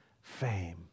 fame